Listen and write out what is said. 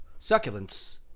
succulents